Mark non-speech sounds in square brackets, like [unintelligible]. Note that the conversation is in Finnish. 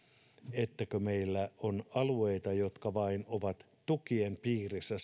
että meillä on alueita jotka vain ovat tukien piirissä [unintelligible]